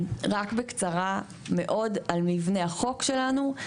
רק בקצרה מאוד על מבנה החוק שלנו.